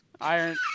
Iron